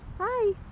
hi